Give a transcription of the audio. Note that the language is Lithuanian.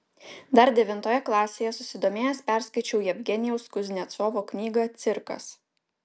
dar devintoje klasėje susidomėjęs perskaičiau jevgenijaus kuznecovo knygą cirkas